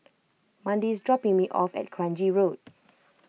Mandi is dropping me off at Kranji Road